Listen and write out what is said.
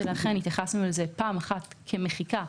ולכן התייחסנו לזה פעם אחת כמחיקה,